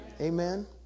Amen